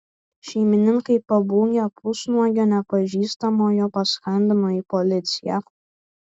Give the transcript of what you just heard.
šeimininkai pabūgę pusnuogio nepažįstamojo paskambino į policiją